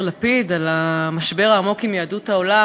לפיד על המשבר העמוק עם יהדות העולם,